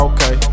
Okay